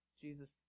Jesus